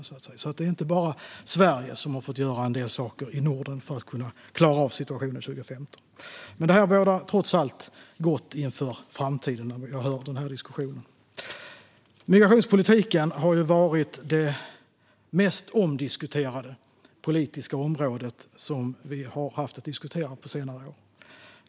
I Norden är det alltså inte bara Sverige som har fått göra en del saker för att kunna klara av situationen. Det jag hör av diskussionen bådar dock gott inför framtiden, trots allt. Migrationspolitiken har varit det mest omdiskuterade politiska området på senare år.